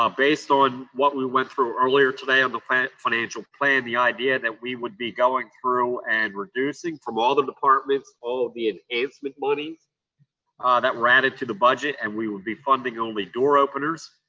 um based on what we went through earlier today on the financial plan, the idea that we would be going through and reducing from all the departments all of the enhancement monies that were added to the budget and we will be funding only door openers.